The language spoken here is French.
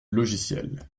logiciel